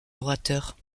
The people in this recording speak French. orateurs